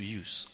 use